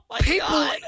people